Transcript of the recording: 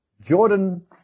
Jordan